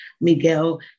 Miguel